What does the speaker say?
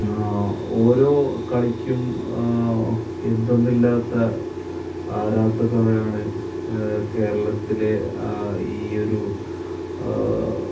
ഓരോ കളിക്കും എന്തെന്നില്ലാത്ത ആരാധകരാണ് കേരളത്തിലെ ഈ ഒരു